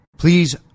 Please